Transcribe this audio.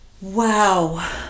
Wow